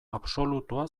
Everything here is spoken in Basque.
absolutua